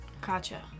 Gotcha